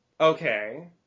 Okay